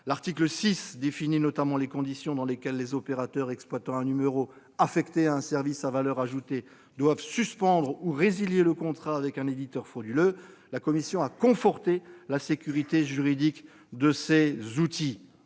L'article 6 définit notamment les conditions dans lesquelles les opérateurs exploitant un numéro affecté à un service à valeur ajoutée doivent suspendre ou résilier le contrat avec un éditeur frauduleux. La commission a conforté la sécurité juridique de ces outils.